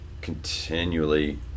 continually